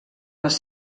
les